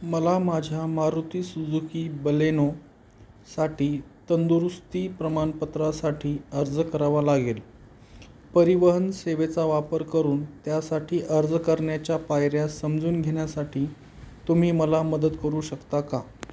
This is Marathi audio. मला माझ्या मारुती सुजुकी बलेनोसाठी तंदुरुस्ती प्रमानपत्रासाठी अर्ज करावा लागेल परिवहन सेवेचा वापर करून त्यासाठी अर्ज करण्याच्या पायऱ्या समजून घेण्यासाठी तुम्ही मला मदत करू शकता का